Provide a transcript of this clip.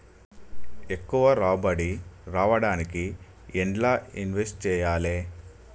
ఎక్కువ రాబడి రావడానికి ఎండ్ల ఇన్వెస్ట్ చేయాలే?